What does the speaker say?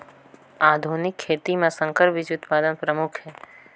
आधुनिक खेती म संकर बीज उत्पादन प्रमुख हे